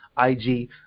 IG